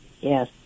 Yes